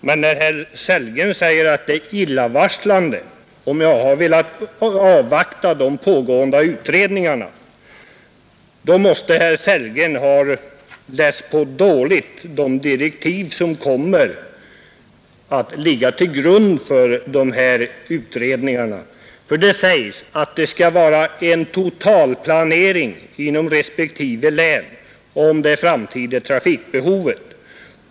Men när herr Sellgren säger att det är illavarslande att jag har velat avvakta resultatet från de pågående utredningarna måste herr Sellgren dåligt ha läst på de direktiv som kommer att ligga till grund för utredningarna. I direktiven sägs att det skall göras en totalplanering inom respektive län för det framtida trafikbehovet.